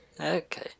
Okay